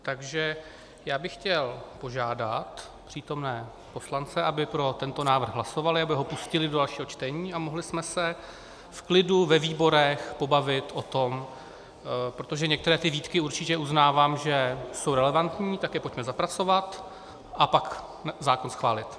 Takže já bych chtěl požádat přítomné poslance, aby pro tento návrh hlasovali, aby ho pustili do dalšího čtení a mohli jsme se v klidu ve výborech pobavit o tom, protože některé ty výtky určitě uznávám, že jsou relevantní, tak je pojďme zapracovat a pak zákon schválit.